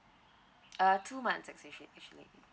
uh two months actually